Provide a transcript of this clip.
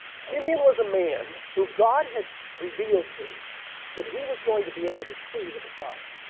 simeon was a man who god had revealed to that he was going to be able to see the messiah.